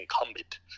incumbent